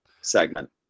segment